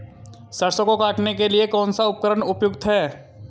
सरसों को काटने के लिये कौन सा उपकरण उपयुक्त है?